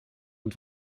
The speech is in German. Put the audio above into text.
und